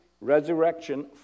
resurrection